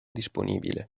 disponibile